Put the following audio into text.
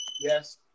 Yes